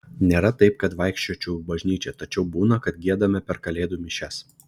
nėra taip kad vaikščiočiau į bažnyčią tačiau būna kad giedame per kalėdų mišias